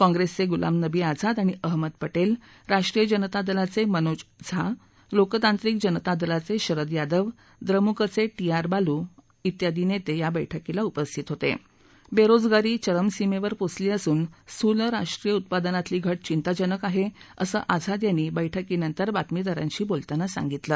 काँग्रस्त्रिमिमुलाम नवी आझाद आणि अहमद प क्वि राष्ट्रीय जनता दलाचमिनोज झा लोकतांत्रिक जनता दलाचशिरद यादव द्रमुकचशी आर बालू शियादी नस्त्रिया बैठकीला उपस्थित होत विष्टीजगारी चरमसिमधि पोचली असून स्थूल राष्ट्रीय उत्पादनातली घाचिंताजनक आहाअसं आझाद यांनी बैठकीनंतर बातमीदारांशी बोलताना सांगितलं